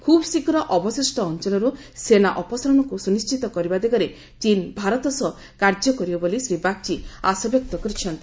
ଖୁବ୍ ଶୀଘ୍ର ଅବଶିଷ୍ଟ ଅଞ୍ଚଳରୁ ସେନା ଅପସାରଣକୁ ସୁନିଶ୍ଚିତ କରିବା ଦିଗରେ ଚୀନ ଭାରତ ସହ କାର୍ଯ୍ୟ କରିବ ବୋଲି ଶ୍ରୀ ବାଗ୍ଚୀ ଆଶବ୍ୟକ୍ତ କରିଛନ୍ତି